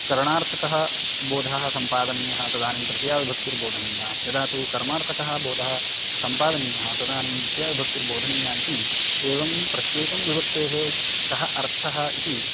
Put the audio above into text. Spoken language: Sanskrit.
करणार्थकः बोधाः सम्पादनीयाः तदानीं तृतीयाविभक्तिर्बोधनीया यदा तु कर्मार्थकः बोधः सम्पादनीयः तदानीं द्वितीयाविभक्तिर्बोधनीया इति एवं प्रत्येकं विभक्तेः कः अर्थः इति